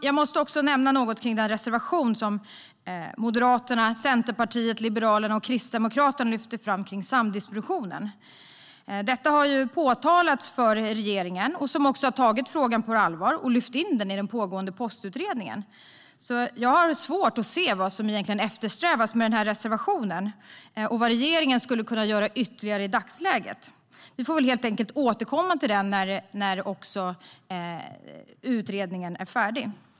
Jag måste nämna något om den reservation som Moderaterna, Centerpartiet, Liberalerna och Kristdemokraterna har lämnat om samdistributionen. Detta har påtalats för regeringen, som också har tagit frågan på allvar och lyft in den i den pågående Postutredningen. Jag har därför svårt att se vad som egentligen eftersträvas i denna reservation och vad regeringen skulle kunna göra ytterligare i dagsläget. Vi får väl helt enkelt återkomma till det när utredningen är färdig.